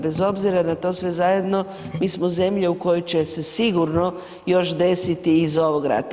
Bez obzira na to sve zajedno mi smo zemlja u kojoj će se sigurno još desiti i iz ovog rata.